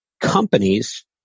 companies